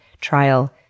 trial